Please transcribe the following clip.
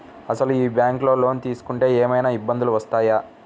అసలు ఈ బ్యాంక్లో లోన్ తీసుకుంటే ఏమయినా ఇబ్బందులు వస్తాయా?